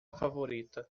favorita